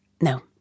No